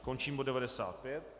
Končím bod 95.